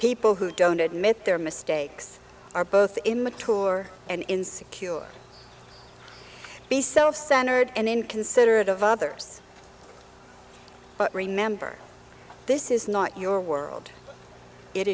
people who don't admit their mistakes are both immature and in secure be self centered and inconsiderate of others but remember this is not your world it